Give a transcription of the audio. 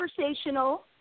conversational